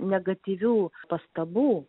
negatyvių pastabų